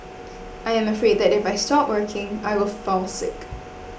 I am afraid that if I stop working I will fall sick